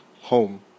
home